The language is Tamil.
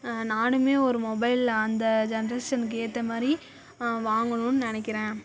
நானும் ஒரு மொபைல் அந்த ஜென்ரேசனுக்கு ஏற்ற மாதிரி வாங்கணும்னு நினைக்கறேன்